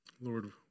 Lord